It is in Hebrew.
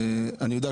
אני יודע,